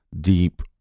deep